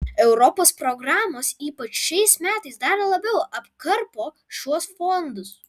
europos programos ypač šiais metais dar labiau apkarpo šiuos fondus